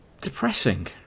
depressing